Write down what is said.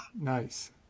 Nice